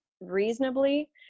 reasonably